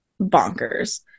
bonkers